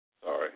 Sorry